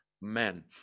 men